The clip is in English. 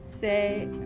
Say